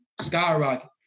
skyrocket